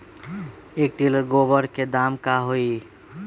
एक टेलर गोबर के दाम का होई?